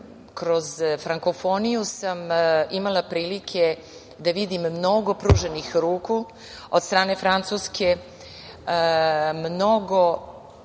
kroz frankofoniju sam imala prilike da vidim mnogo pruženih ruku od strane Francuske, mnogo